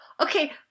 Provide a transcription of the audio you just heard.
okay